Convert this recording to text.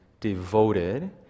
Devoted